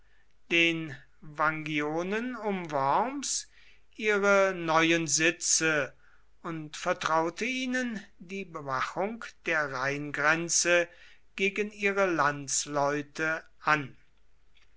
den vangionen um worms ihre neuen sitze und vertraute ihnen die bewachung der rheingrenze gegen ihre landsleute an